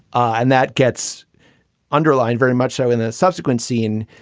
and that gets underlined very much so in a subsequent scene.